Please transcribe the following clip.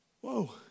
Whoa